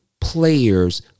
players